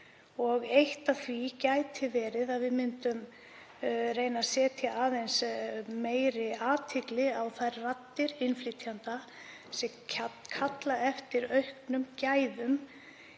Eitt af því gæti verið að við myndum reyna að hlusta af meiri athygli á raddir innflytjenda sem kalla eftir auknum gæðum.